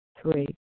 Three